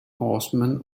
horsemen